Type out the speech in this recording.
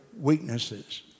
weaknesses